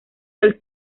del